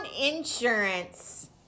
insurance